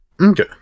Okay